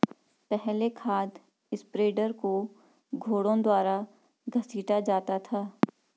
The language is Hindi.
पहले खाद स्प्रेडर को घोड़ों द्वारा घसीटा जाता था